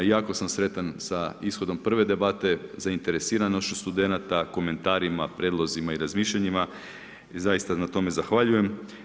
Jako sam sretan sa ishodom prve debate, zainteresiranošću studenata, komentarima, prijedlozima i razmišljanjima i zaista na tome zahvaljujem.